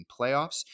playoffs